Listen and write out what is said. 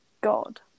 god